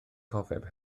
cofeb